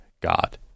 God